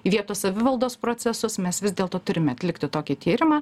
vietos savivaldos procesus mes vis dėlto turime atlikti tokį tyrimą